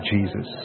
Jesus